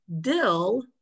Dill